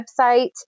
website